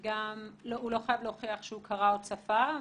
לא חייב להוכיח שהוא קרא או צפה,